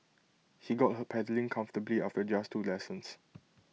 he got her pedalling comfortably after just two lessons